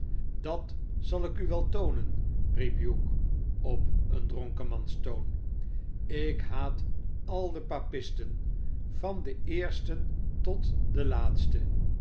dat zal ik u wel toonen riep hugh op een dronkenmanstoon ik haat al de papisten van den eersten tot den laatsten